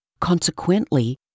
Consequently